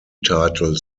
title